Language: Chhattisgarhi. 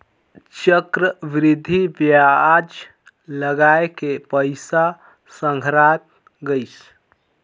चक्रबृद्धि बियाज लगाय के पइसा संघरात गइस